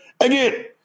Again